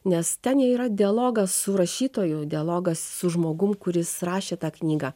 nes ten yra dialogas su rašytoju dialogas su žmogum kuris rašė tą knygą